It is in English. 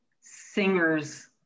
singers